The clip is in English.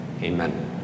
Amen